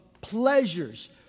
pleasures